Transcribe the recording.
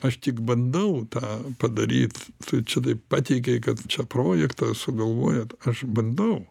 aš tik bandau tą padaryt tai čia taip pateikei kad čia projektą sugalvojot aš bandau